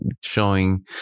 showing